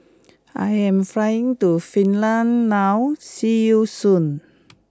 I am flying to Finland now see you soon